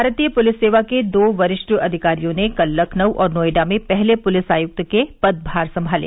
भारतीय पुलिस सेवा के दो वरिष्ठ अधिकारियों ने कल लखनऊ और नोएडा में पहले पुलिस आयुक्त के पदभार संभाले